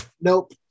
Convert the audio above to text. nope